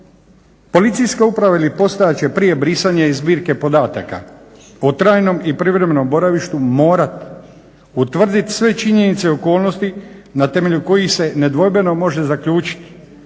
Policijska uprava ili postaja će prije brisanja iz zbirke podataka o trajnom i privremenom boravištu morati utvrditi sve činjenice i okolnosti na temelju kojih se nedvojbeno može zaključiti